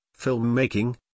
filmmaking